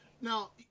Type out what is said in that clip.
Now